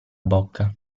bocca